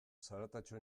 zaratatxo